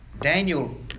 Daniel